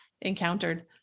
encountered